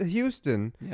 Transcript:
Houston